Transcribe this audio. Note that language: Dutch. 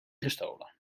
gestolen